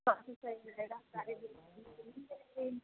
वह भी सही रहेगा सारी बुक हमें मिल जाएगी